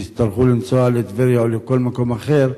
שאם יצטרכו לנסוע לטבריה או לכל מקום אחר,